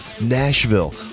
Nashville